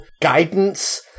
guidance